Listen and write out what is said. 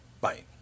Bye